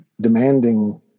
demanding